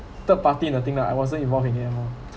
third party the thing lah I wasn't involved in near lor